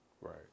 Right